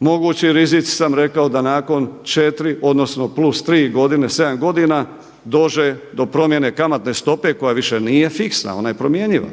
Mogući rizici su da nakon četiri odnosno plus tri godine sedam godina dođe do promjene kamatne stope koja više nije fiksna, ona je promjenjiva.